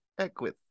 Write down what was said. Equith